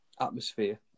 atmosphere